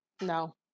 no